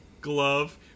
glove